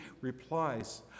replies